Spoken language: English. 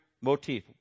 motif